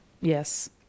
yes